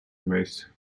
geweest